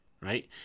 right